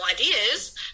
ideas